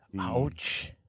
Ouch